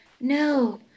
no